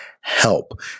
help